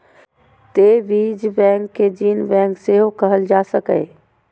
तें बीज बैंक कें जीन बैंक सेहो कहल जा सकैए